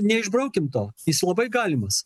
neišbraukim to jis labai galimas